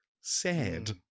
sad